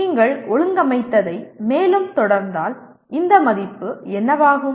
நீங்கள் ஒழுங்கமைத்ததை மேலும் தொடர்ந்தால் இந்த மதிப்பு என்னவாகும்